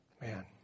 Man